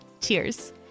Cheers